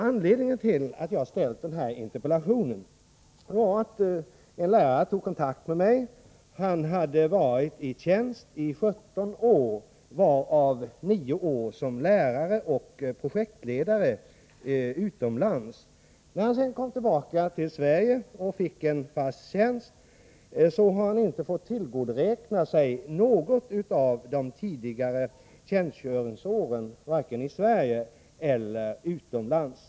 Anledningen till att jag ställt den här interpellationen var att en lärare tog kontakt med mig. Han hade varit i tjänst i 17 år, varav 9 år som lärare och projektledare utomlands. När han sedan kom tillbaka till Sverige och fick en fast tjänst, fick han inte tillgodoräkna sig något av de tidigare tjänstgöringsåren — varken i Sverige eller utomlands.